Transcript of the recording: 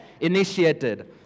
initiated